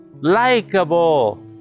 Likeable